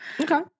Okay